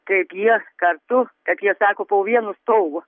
kaip jie kartu kap jie sako po vienu stogu